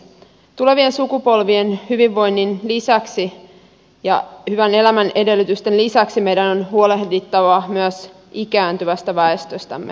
tulevien sukupolvien hyvinvoinnin lisäksi ja hyvän elämän edellytysten lisäksi meidän on huolehdittava myös ikääntyvästä väestöstämme